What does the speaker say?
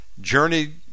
journeyed